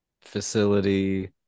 facility